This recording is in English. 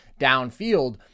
downfield